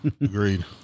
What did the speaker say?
Agreed